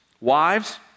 Wives